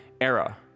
era